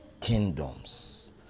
kingdoms